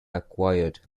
acquired